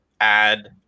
add